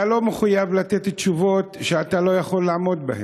אתה לא מחויב לתת תשובות שאתה לא יכול לעמוד בהן,